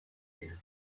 ببینم